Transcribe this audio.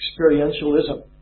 experientialism